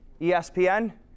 ESPN